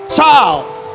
Charles